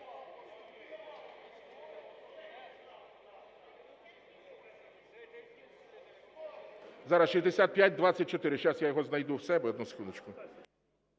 Зараз, 6524, сейчас я його знайду у себе, одну секундочку.